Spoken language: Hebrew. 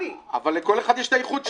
אבל לכל אחד יש את הייחוד שלו.